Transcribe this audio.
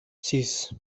sis